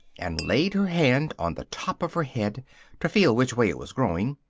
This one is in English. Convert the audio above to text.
and laid her hand on the top of her head to feel which way it was growing,